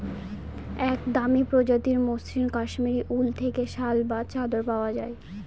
এক দামি প্রজাতির মসৃন কাশ্মীরি উল থেকে শাল বা চাদর পাওয়া যায়